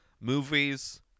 movies